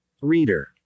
Reader